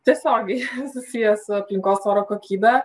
tiesiogiai susiję su aplinkos oro kokybe